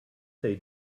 they